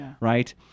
right